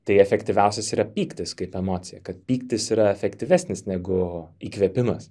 tai efektyviausias yra pyktis kaip emocija kad pyktis yra efektyvesnis negu įkvėpimas